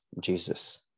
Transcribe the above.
Jesus